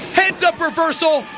heads up reversal,